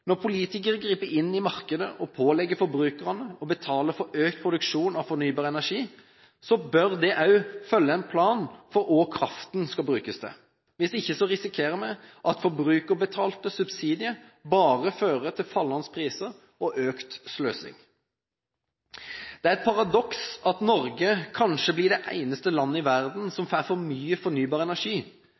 Når politikere griper inn i markedet og pålegger forbrukerne å betale for økt produksjon av fornybar energi, bør det også følge en plan for hva kraften skal brukes til. Hvis ikke risikerer vi at forbrukerbetalte subsidier bare fører til fallende priser og økt sløsing. Det er et paradoks at Norge kanskje blir det eneste landet i verden som får for mye fornybar energi.